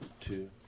Two